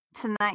Tonight